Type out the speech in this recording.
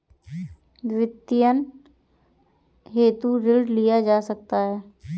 वित्तीयन हेतु ऋण लिया जा सकता है